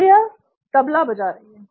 तो यह तबला बजा रही है